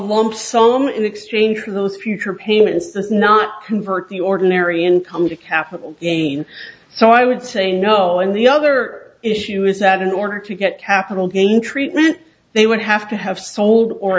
almost soma in exchange for those future payments there's not convert the ordinary income to capital gain so i would say no and the other issue is that in order to get capital gain treatment they would have to have sold or